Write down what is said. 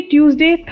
Tuesday